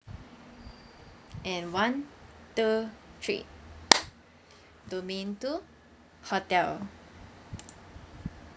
and one two three domain two hotel